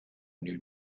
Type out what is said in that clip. new